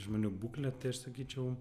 žmonių būklė tai aš sakyčiau